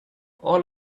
all